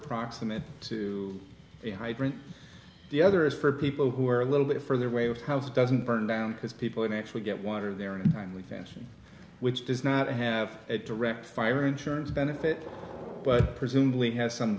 proximate to the hybrid the other is for people who are a little bit further away of house doesn't burn down because people would actually get water there in timely fashion which does not have a direct fire insurance benefit but presumably has some